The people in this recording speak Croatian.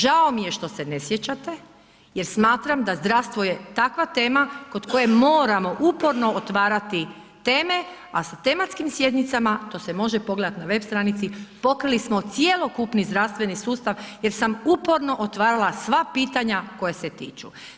Žao mi je što se ne sjećate jer smatram da zdravstvo je takva tema kod koje moramo uporno otvarati teme a sa tematskim sjednicama to se može pogledati na web stranici, pokrili smo cjelokupni zdravstveni sustav jer sam uporno otvarala sva pitanja koja se tiču.